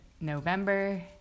November